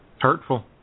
Hurtful